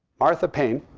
martha paine,